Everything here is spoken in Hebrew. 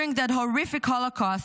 During that horrific Holocaust,